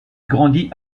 grandit